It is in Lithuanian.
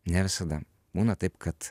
ne visada būna taip kad